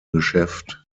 geschäft